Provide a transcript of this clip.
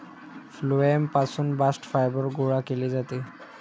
phloem पासून bast fibre गोळा केले जाते